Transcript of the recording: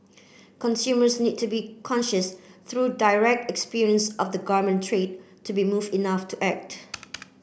consumers need to be conscious through direct experience of the garment trade to be moved enough to act